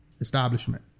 establishment